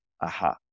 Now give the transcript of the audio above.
aha